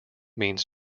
means